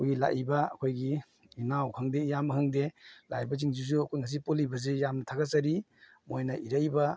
ꯑꯩꯈꯣꯏꯒꯤ ꯂꯥꯛꯏꯕ ꯑꯩꯈꯣꯏꯒꯤ ꯏꯅꯥꯎ ꯈꯪꯗꯦ ꯏꯌꯥꯝꯕ ꯈꯪꯗꯦ ꯂꯥꯛꯏꯕꯁꯤꯡꯁꯤꯁꯨ ꯑꯩꯈꯣꯏꯅ ꯉꯁꯤ ꯄꯨꯜꯂꯤꯕꯁꯦ ꯌꯥꯝꯅ ꯊꯥꯒꯠꯆꯔꯤ ꯃꯣꯏꯅ ꯏꯔꯛꯏꯕ